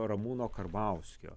ramūno karbauskio